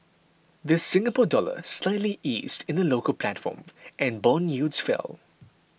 the Singapore Dollar slightly eased in the local platform and bond yields fell